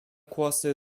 kłosy